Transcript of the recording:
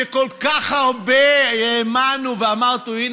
שכל כך הרבה האמנו ואמרנו: הינה,